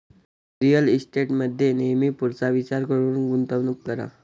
real इस्टेटमध्ये नेहमी पुढचा विचार करून गुंतवणूक करा